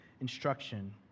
instruction